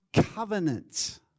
covenant